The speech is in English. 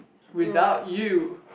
without you